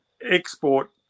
export